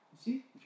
see